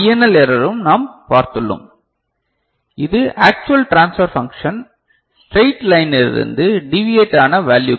L ஏரரும் நாம் பார்த்துள்ளோம் இது ஆக்சுவல் டிரான்ஸ்பர் ஃபங்ஷன் ஸ்ட்ரெய்ட் லைனிலிருந்து டிவியேட் ஆன வேல்ல்யுக்கள்